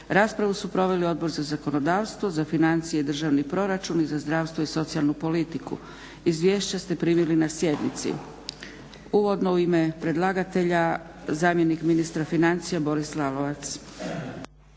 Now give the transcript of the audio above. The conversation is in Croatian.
Raspravu su proveli Odbor za zakonodavstvo, za financije, državni proračun i za zdravstvo i socijalnu politiku. Izvješća ste primili na sjednici. Uvodno u ime predlagatelja zamjenik ministra financija Boris Lalovac.